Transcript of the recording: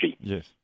Yes